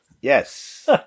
yes